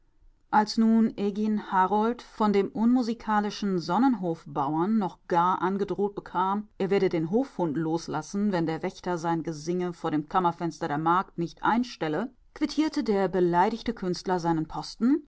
als nun egin harold von dem unmusikalischen sonnenhofbauern noch gar angedroht bekam er werde den hofhund loslassen wenn der wächter sein gesinge vor dem kammerfenster der magd nicht einstelle quittierte der beleidigte künstler seinen posten